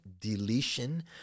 deletion